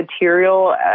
material